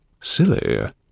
Silly